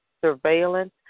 surveillance